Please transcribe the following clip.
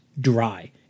dry